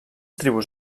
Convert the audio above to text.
tribus